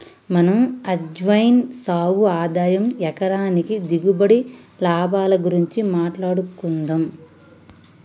మనం అజ్వైన్ సాగు ఆదాయం ఎకరానికి దిగుబడి, లాభాల గురించి మాట్లాడుకుందం